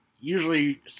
usually